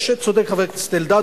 צודק חבר הכנסת אלדד,